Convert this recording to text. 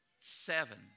Seven